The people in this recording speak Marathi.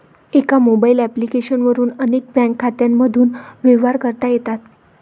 एका मोबाईल ॲप्लिकेशन वरून अनेक बँक खात्यांमधून व्यवहार करता येतात